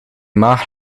maag